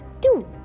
two